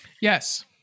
Yes